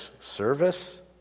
service